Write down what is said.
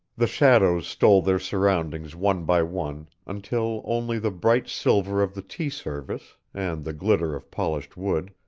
the shadows stole their surroundings one by one, until only the bright silver of the tea-service, and the glitter of polished wood,